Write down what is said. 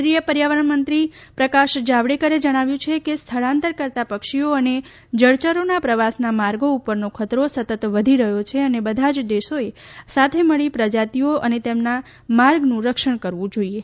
કેન્દ્રિય પર્યાવરણ મંત્રી પ્રકાશ જાવડેકરે જણાવ્યું છે કે સ્થળાંતર કરતાં પક્ષીઓ અને જળચરોના પ્રવાસના માર્ગો ઉપરનો ખતરો સતત વધી રહ્યો છે અને બધા જ દેશોએ સાથે મળીને પ્રજાતીઓ અને તેમના માર્ગનું રક્ષણ કરવું જોઇએ